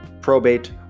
probate